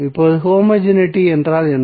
இப்போது ஹோமோஜெனிட்டி என்றால் என்ன